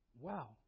wow